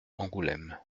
angoulême